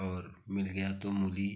और मिल गया तो मूली